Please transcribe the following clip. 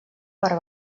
per